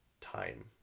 time